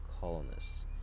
colonists